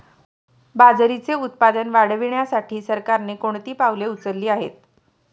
बाजरीचे उत्पादन वाढविण्यासाठी सरकारने कोणती पावले उचलली आहेत?